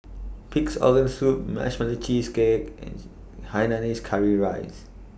Pig'S Organ Soup Marshmallow Cheesecake and Hainanese Curry Rice